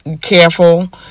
careful